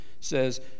says